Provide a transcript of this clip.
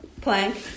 plank